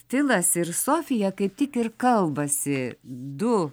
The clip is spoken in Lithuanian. filas ir sofija kaip tik ir kalbasi du